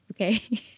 Okay